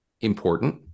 important